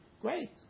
Great